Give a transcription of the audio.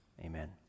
Amen